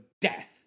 death